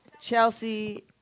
Chelsea